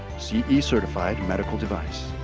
ce certified medical device.